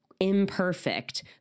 imperfect